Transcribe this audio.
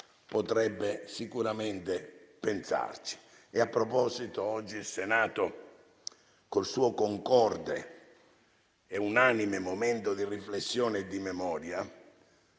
potrebbe sicuramente pensarci. A proposito, oggi il Senato, col suo concorde e unanime momento di riflessione e di memoria,